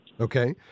Okay